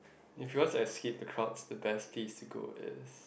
if he wants to escape the crowd the best place to go is